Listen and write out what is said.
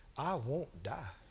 i won't die.